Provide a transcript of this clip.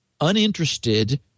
uninterested